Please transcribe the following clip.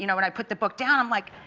you know when i put the book down i'm like